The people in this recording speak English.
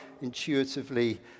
intuitively